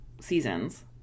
seasons